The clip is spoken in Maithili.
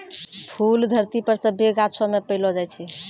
फूल धरती पर सभ्भे गाछौ मे पैलो जाय छै